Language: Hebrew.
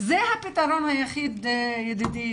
זה הפתרון היחיד, ידידי,